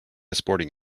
sporting